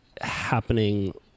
happening